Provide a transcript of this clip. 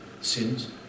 sins